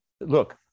look